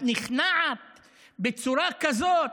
את נכנעת בצורה כזאת